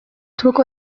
truko